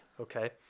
okay